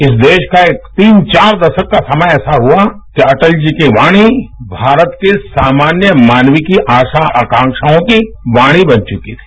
इस देश का तीन चार दशक का समय ऐसा हआ कि अटल जी की वाणी भारत के सामान्य मानव की आशा आकांकाओं की वाणी बन चुकी थी